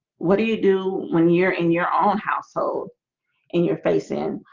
what do you do when you're in your own household in your face in?